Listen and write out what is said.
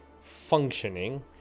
functioning